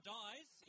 dies